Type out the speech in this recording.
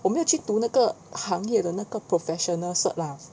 我没有去读那个行业的 professional cert lah